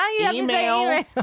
email